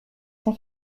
son